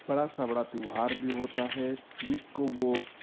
بڑا سا بڑا تہوار بھی ہوتا ہے جس کو وہ